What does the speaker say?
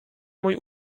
mój